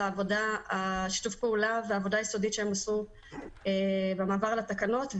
על שיתוף הפעולה ועל העבודה היסודית שהם עשו במעבר לתקנות.